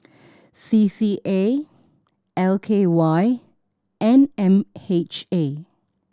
C C A L K Y and M H A